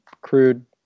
crude